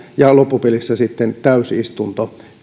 ja loppupelissä sitten täysistunto